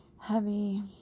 heavy